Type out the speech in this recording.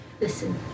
Listen